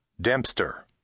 Dempster